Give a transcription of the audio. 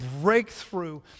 breakthrough